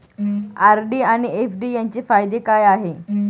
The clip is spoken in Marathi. आर.डी आणि एफ.डी यांचे फायदे काय आहेत?